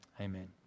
amen